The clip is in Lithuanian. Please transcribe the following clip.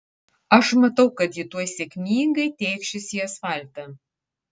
aš matau kad ji tuoj sėkmingai tėkšis į asfaltą